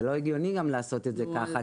זה גם לא הגיוני לעשות את זה כך.